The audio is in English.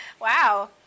Wow